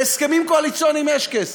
להסכמים קואליציוניים יש כסף,